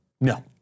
No